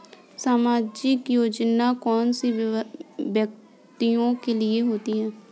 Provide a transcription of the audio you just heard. सामाजिक योजना कौन से व्यक्तियों के लिए होती है?